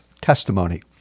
testimony